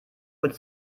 wurde